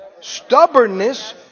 Stubbornness